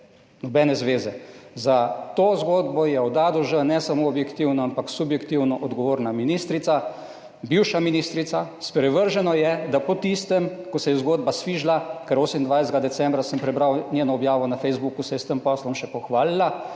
nobene zveze. Za to zgodbo je od A do Ž, ne samo objektivno, ampak subjektivno odgovorna ministrica, bivša ministrica. Sprevrženo je, da po tistem, ko se je zgodba sfižila, ker 28. decembra sem prebral njeno objavo na Facebooku, se je s tem poslom še pohvalila,